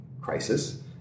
crisis